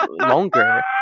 longer